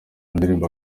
ndirimbo